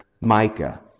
Micah